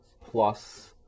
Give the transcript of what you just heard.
plus